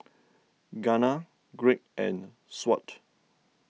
Gunnar Greg and Shawnte